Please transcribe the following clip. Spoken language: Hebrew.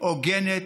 הוגנת,